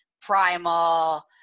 primal